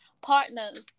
partners